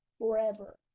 forever